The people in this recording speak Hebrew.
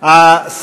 האם הוא מסכים?